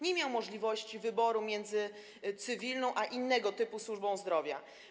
Nie miał możliwości wyboru między cywilną a innego typu służbą zdrowia.